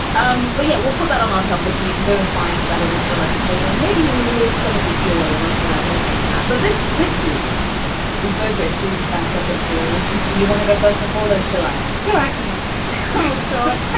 um but yeah, we'll put that on our tumblr so you can go and find that original episode and maybe relive some of the joy of us making that. but this this week we've both written two separate stories. do you want to go first, nikola? shall i? sure, i can go first good.